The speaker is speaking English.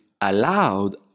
allowed